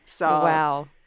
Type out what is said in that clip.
Wow